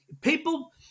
People